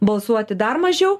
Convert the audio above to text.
balsuoti dar mažiau